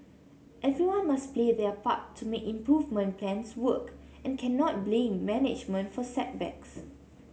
everyone must play their part to make improvement plans work and cannot blame management for setbacks